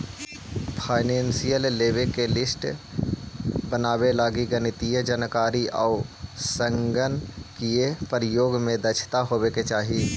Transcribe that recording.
financial लेवे के list बनावे लगी गणितीय जानकारी आउ संगणकीय प्रयोग में दक्षता होवे के चाहि